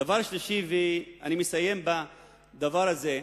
דבר שלישי, ואני מסיים בדבר הזה,